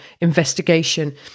investigation